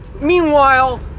Meanwhile